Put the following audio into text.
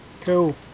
Cool